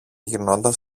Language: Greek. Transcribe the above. γυρνώντας